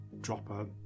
dropper